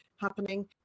happening